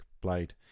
blade